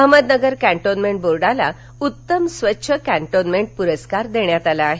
Ahmednagar cantonment बोर्डास उत्तम स्वच्छ कॅन्टोन्मेंट पुरस्कार देण्यात आला आहे